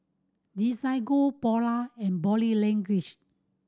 Desigual Polar and Body Language